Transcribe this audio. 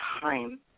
time